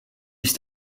ist